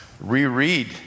reread